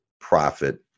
profit